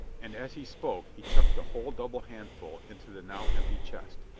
and as he spoke he chucked the whole double handful into the now empty chest,